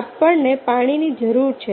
આપણને પાણીની જરૂર છે